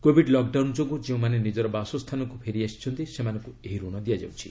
Covid lockdown ଯୋଗୁଁ ଯେଉଁମାନେ ନିଜର ବାସସ୍ଥାନକୁ ଫେରିଆସିଛନ୍ତି ସେମାନଙ୍କୁ ଏହି ଋଣ ଦିଆଯାଉଛି